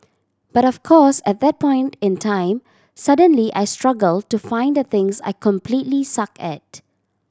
but of course at that point in time suddenly I struggle to find the things I completely suck at